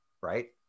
right